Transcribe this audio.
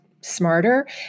smarter